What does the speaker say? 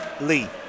Lee